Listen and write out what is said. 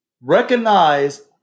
recognize